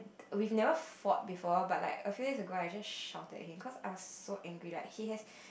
we never fought before but like a few days ago I just shouted him cause I was so angry like he has